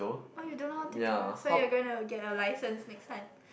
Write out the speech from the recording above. oh you don't know how to drive so you're going to get a license next time